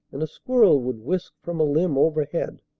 and a squirrel would whisk from a limb overhead.